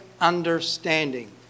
understanding